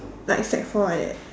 like sec four like that